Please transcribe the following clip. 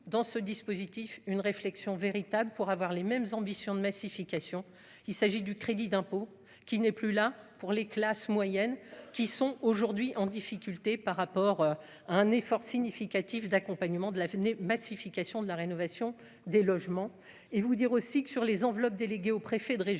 dans ce dispositif une réflexion véritable pour avoir les mêmes ambitions de massification, qu'il s'agit du crédit d'impôt qui n'est plus là pour les classes moyennes qui sont aujourd'hui en difficulté par rapport à un effort significatif d'accompagnement de la massification de la rénovation des logements et vous dire aussi que sur les enveloppes délégués au préfet de région,